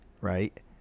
right